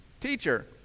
Teacher